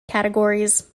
categories